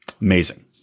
Amazing